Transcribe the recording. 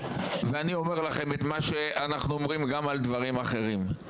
אני אומר לכם את מה שאנחנו אומרים גם על דברים אחרים,